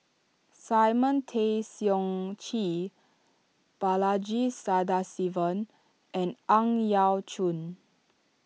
Simon Tay Seong Chee Balaji Sadasivan and Ang Yau Choon